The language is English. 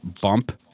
bump